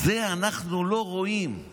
את זה אנחנו לא רואים.